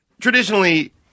traditionally